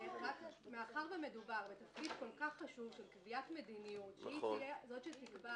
מאחר ומדובר בתפקיד כל כך חשוב של קביעת מדיניות שהיא תהיה זו שתקבע